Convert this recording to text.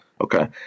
okay